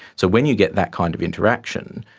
so when you get that kind of interaction,